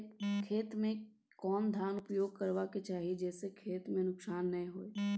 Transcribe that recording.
खेत में कोन खाद उपयोग करबा के चाही जे स खेत में नुकसान नैय होय?